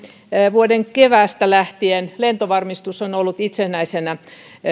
vuoden keväästä lähtien se on ollut itsenäisenä